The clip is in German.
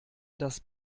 das